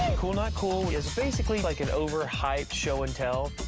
cool not cool is basically like an overhyped show and tell.